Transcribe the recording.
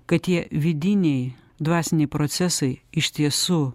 kad tie vidiniai dvasiniai procesai iš tiesų